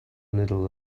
little